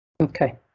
Okay